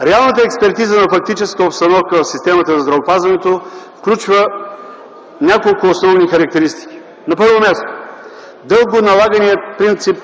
Реалната експертиза на фактическата обстановка в системата на здравеопазването включва няколко основни характеристики. На първо място, дълго налаганият принцип